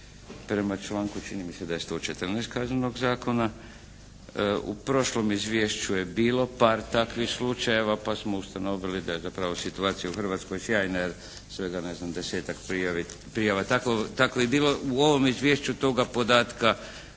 prema članku čini mi se da je 114. Kaznenog zakona. U prošlom izvješću je bilo par takvih slučajeva pa smo ustanovili da je zapravo situacija u Hrvatskoj sjajna, jer svega ne znam desetak prijava, tako je bilo, u ovom izvješću, toga podatka